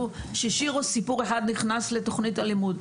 ששיר או סיפור אחד נכנסו לתכנית הלימוד.